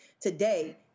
today